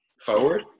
forward